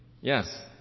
Yes